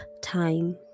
time